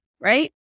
right